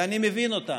ואני מבין אותם,